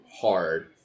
hard